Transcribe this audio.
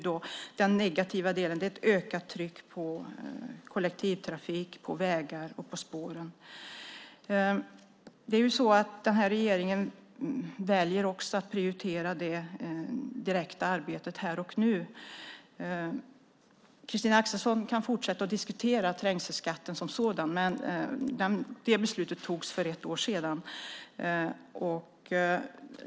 Den negativa delen är ett ökat tryck på kollektivtrafik, på vägar och på spår. Den här regeringen väljer också att prioritera det direkta arbetet här och nu. Christina Axelsson kan fortsätta att diskutera trängselskatten som sådan, men det beslutet togs för ett år sedan.